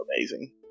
Amazing